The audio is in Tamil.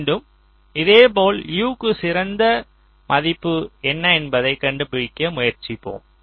மீண்டும் இதேபோல் U க்கு சிறந்த மதிப்பு என்ன என்பதைக் கண்டுபிடிக்க முயற்சிப்போம்